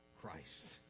Christ